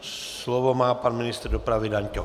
Slovo má pan ministr dopravy Dan Ťok.